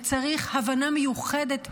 וצריך הבנה מיוחדת,